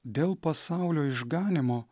dėl pasaulio išganymo